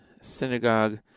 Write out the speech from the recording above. synagogue